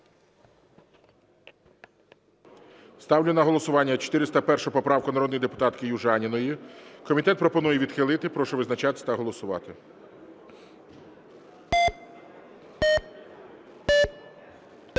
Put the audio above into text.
Ставлю на голосування 401 поправку народної депутатки Южаніної. Комітет пропонує відхилити. Прошу визначатися та голосувати. 14:03:52